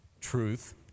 truth